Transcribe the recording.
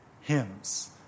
hymns